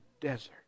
desert